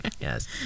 Yes